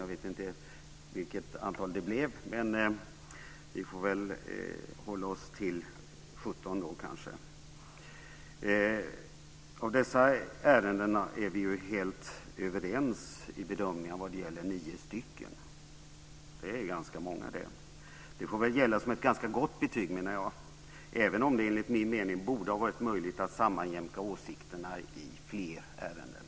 Jag vet inte vilket antal det blev, men vi får väl hålla oss till 17. Av dessa ärenden är vi helt överens i bedömningen vad det gäller 9 stycken. Det är ganska många. Det får gälla som ett ganska gott betyg, även om det enligt min mening borde ha varit möjligt att sammanjämka åsikterna i fler ärenden.